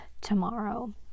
tomorrow